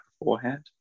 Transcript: beforehand